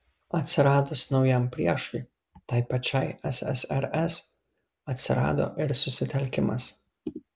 atsiradus naujam priešui tai pačiai ssrs atsirado ir susitelkimas